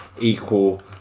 equal